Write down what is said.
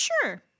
sure